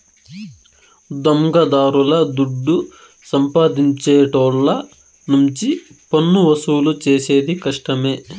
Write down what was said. దొంగదారుల దుడ్డు సంపాదించేటోళ్ళ నుంచి పన్నువసూలు చేసేది కష్టమే